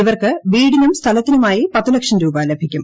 ഇവർക്ക് വീടിനും സ്ഥലത്തിനുമായി പത്ത് ലക്ഷം രൂപ ലഭിക്കും